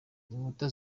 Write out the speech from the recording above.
inkuta